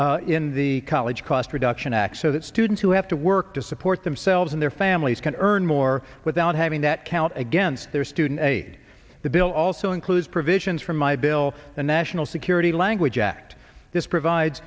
in the college cost reduction act so that students who have to work to support themselves and their families can earn more without having that count against their student aid the bill also includes provisions for my bill the national security language this provide